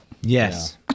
yes